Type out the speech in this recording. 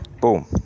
boom